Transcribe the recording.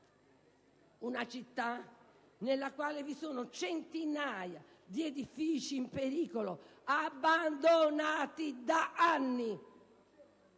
Una città nella quale vi sono centinaia di edifici in pericolo, abbandonati da anni